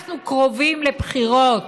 ואנחנו קרובים לבחירות,